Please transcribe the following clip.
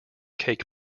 cake